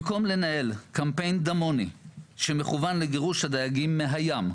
במקום לנהל קמפיין דמוני שמכוון לגירוש הדייגים מהים,